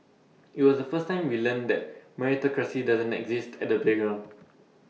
IT was the first time we learnt that meritocracy doesn't exist at the playground